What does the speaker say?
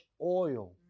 oil